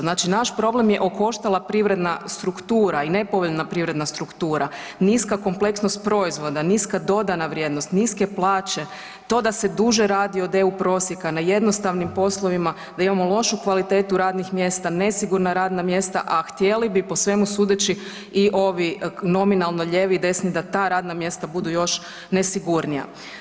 Znači naš problem je okoštala privredna struktura i nepovoljna privredna struktura, niska kompleksnost proizvoda, niska dodana vrijednost, niske plaće, to da se duže radi od EU prosjeka na jednostavnim poslovima, da imamo lošu kvalitetu radnih mjesta, nesigurna radna mjesta, a htjeli bi po svemu sudeći i ovi nominalno lijevi i desni da ta radna mjesta budu još nesigurnija.